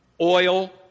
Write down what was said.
Oil